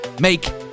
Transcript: Make